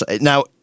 Now